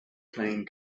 playing